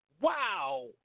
Wow